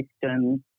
systems